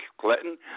Clinton